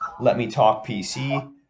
letmetalkpc